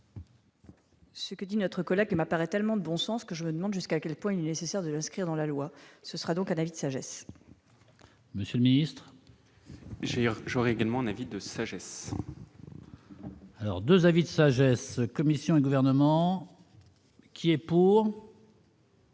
Ce que dit notre collègue ma paraît tellement de bon sens que je me demande jusqu'à quel point il nécessaire de l'inscrire dans la loi, ce sera donc à David sagesse. Monsieur le Ministre. J'ai, j'aurais également avis de sagesse. Alors 2 avis de sagesse commission et gouvernement. Qui est pour.